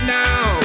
now